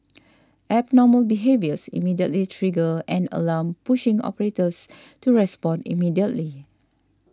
abnormal behaviours immediately trigger an alarm pushing operators to respond immediately